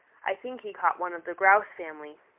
i think he caught one of the grouse family.